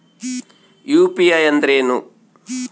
UPI ಅಂದ್ರೇನು?